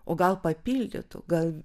o gal papildytų gal